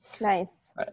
Nice